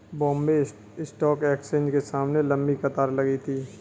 Bombay stock exchange के सामने लंबी कतार लगी थी